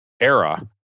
era